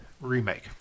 remake